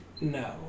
no